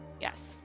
Yes